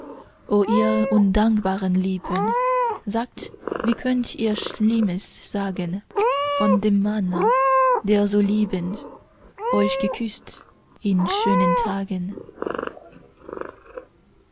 o ihr undankbaren lippen sagt wie könnt ihr schlimmes sagen von dem manne der so liebend euch geküßt in schönen tagen